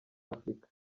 afurika